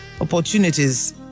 opportunities